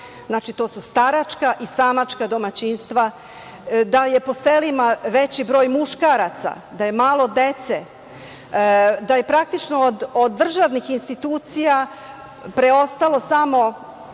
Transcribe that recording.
Znači, to su staračka i samačka domaćinstva. Zatim, da je po selima veći broj muškaraca, da je malo dece, da je praktično od državnih institucija preostalo samo